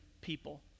people